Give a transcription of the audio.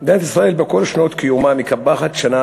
מדינת ישראל בכל שנות קיומה מקפחת שנה